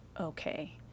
okay